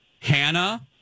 Hannah